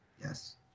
Yes